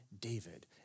David